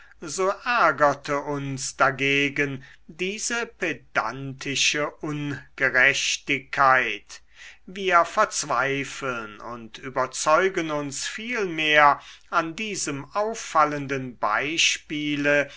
ärgerte uns dagegen diese pedantische ungerechtigkeit wir verzweifeln und überzeugen uns vielmehr an diesem auffallenden beispiele